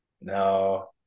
No